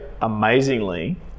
amazingly